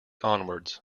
onwards